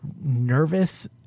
nervous